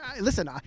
Listen